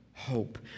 hope